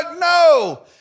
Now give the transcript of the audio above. No